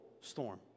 storm